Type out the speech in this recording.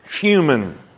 human